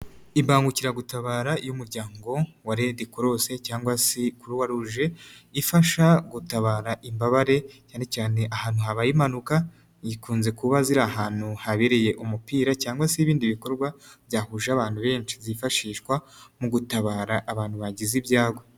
Imbangukiragutabara y'umuryango wa red cross cyangwa se croix rouge, ifasha gutabara imbabare cyane cyane ahantu habaye impanuka, zikunze kuba ziri ahantu habereye umupira cyangwa se ibindi bikorwa byahuje abantu benshi, byifashishwa mu gutabara abantu bagize ibyago.